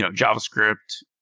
um javascript,